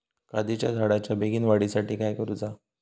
काजीच्या झाडाच्या बेगीन वाढी साठी काय करूचा?